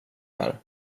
här